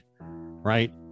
right